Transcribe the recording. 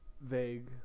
Vague